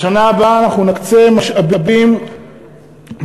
בשנה הבאה אנחנו נקצה משאבים משמעותיים,